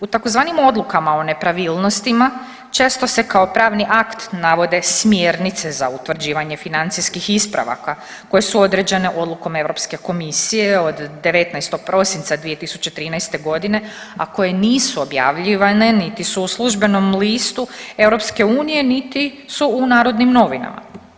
U tzv. odlukama o nepravilnostima često se kao pravni akt navode smjernice za utvrđivanje financijskih ispravaka koje su određene Odlukom Europske komisije od 19. prosinca 2013. godine, a koje nisu objavljivane niti su u službenom listu EU, niti su u Narodnim novinama.